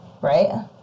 right